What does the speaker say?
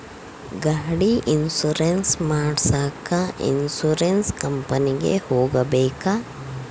ಗಾಡಿ ಇನ್ಸುರೆನ್ಸ್ ಮಾಡಸಾಕ ಇನ್ಸುರೆನ್ಸ್ ಕಂಪನಿಗೆ ಹೋಗಬೇಕಾ?